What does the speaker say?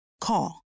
Call